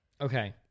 Okay